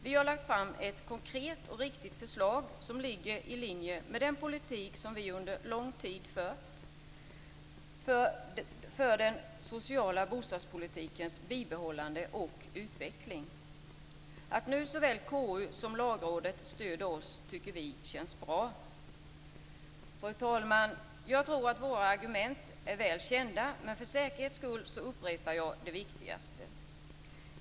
Vi har lagt fram ett konkret och riktigt förslag som ligger i linje med en politik som vi under lång tid har fört för den sociala bostadspolitikens bibehållande och utveckling. Att nu såväl KU som Lagrådet stöder oss känns bra. Fru talman! Våra argument är väl kända. Men för säkerhets skull upprepar jag det viktigaste.